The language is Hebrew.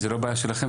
זה לא בעיה שלכם,